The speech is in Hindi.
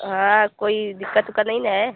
हाँ कोई दिक्कत उक्कत नहीं न है